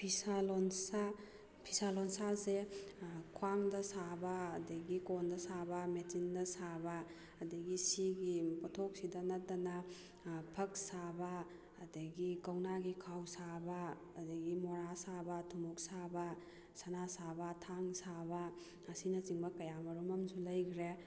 ꯐꯤꯁꯥ ꯂꯣꯟꯁꯥ ꯐꯤꯁꯥ ꯂꯣꯟꯁꯥꯁꯦ ꯈ꯭ꯋꯥꯡꯗ ꯁꯥꯕ ꯑꯗꯒꯤ ꯀꯣꯟꯗ ꯁꯥꯕ ꯃꯦꯆꯤꯟꯅ ꯁꯥꯕ ꯑꯗꯒꯤ ꯁꯤꯒꯤ ꯄꯣꯠꯊꯣꯛꯁꯤꯗ ꯅꯠꯇꯅ ꯐꯛ ꯁꯥꯕ ꯑꯗꯒꯤ ꯀꯧꯅꯥꯒꯤ ꯈꯥꯎ ꯁꯥꯕ ꯑꯗꯒꯤ ꯃꯣꯔꯥ ꯁꯥꯕ ꯊꯨꯝꯃꯣꯛ ꯁꯥꯕ ꯁꯅꯥ ꯁꯥꯕ ꯊꯥꯡ ꯁꯥꯕ ꯑꯁꯤꯅꯆꯤꯡꯕ ꯀꯌꯥ ꯃꯔꯨꯝ ꯑꯃꯁꯨ ꯂꯩꯈ꯭ꯔꯦ